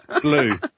Blue